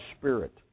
spirit